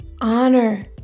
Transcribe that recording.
honor